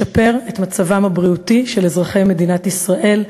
לשפר את מצבם הבריאותי של אזרחי מדינת ישראל,